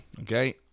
okay